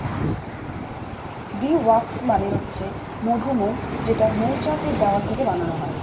bee wax মানে হচ্ছে মধুমোম যেটা মৌচাক এর দেওয়াল থেকে বানানো হয়